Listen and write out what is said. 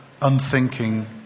unthinking